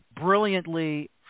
brilliantly